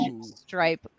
stripe